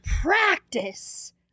practice